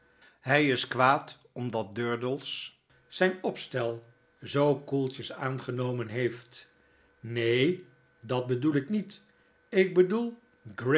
hy is kwaad omdat durdels zyn opstel zoo koeltjes aangenomen heeft neen dat bedoel ik niet ik bedoel